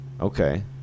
Okay